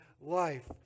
life